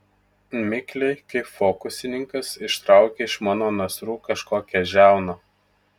mikliai kaip fokusininkas ištraukė iš mano nasrų kažkokią žiauną